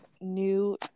new